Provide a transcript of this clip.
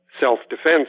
self-defense